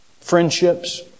Friendships